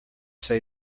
say